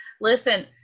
Listen